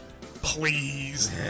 please